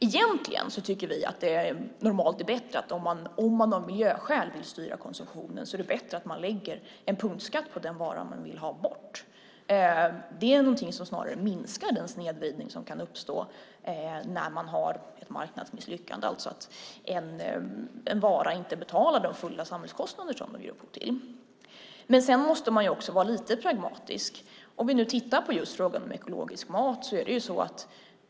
Egentligen tycker vi att det om man av miljöskäl vill styra konsumtionen normalt är bättre att lägga en punktskatt på den vara som man vill ha bort. Det minskar snarare den snedvridning som kan uppstå vid ett marknadsmisslyckande - alltså att en vara inte betalar den fulla samhällskostnaden när det gäller miljöproblemen. Man måste också vara lite pragmatisk. Vi kan titta på just frågan om ekologisk mat.